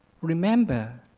remember